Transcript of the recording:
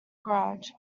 garage